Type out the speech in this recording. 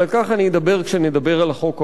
אבל על כך אני אדבר כשנדבר על החוק ההוא.